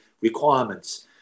requirements